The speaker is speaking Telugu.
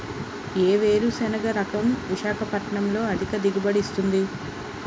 ఏ వేరుసెనగ రకం విశాఖపట్నం లో అధిక దిగుబడి ఇస్తుంది?